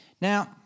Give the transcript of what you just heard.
Now